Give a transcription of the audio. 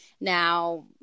Now